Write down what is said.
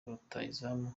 rutahizamu